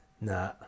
Nah